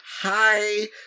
Hi